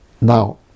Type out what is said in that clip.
now